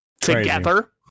Together